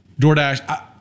DoorDash